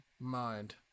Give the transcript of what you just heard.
mind